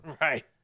Right